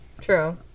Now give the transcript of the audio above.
True